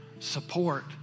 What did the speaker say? support